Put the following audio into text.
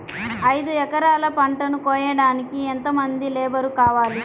ఐదు ఎకరాల పంటను కోయడానికి యెంత మంది లేబరు కావాలి?